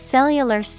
Cellular